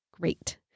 great